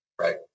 Right